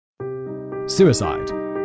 suicide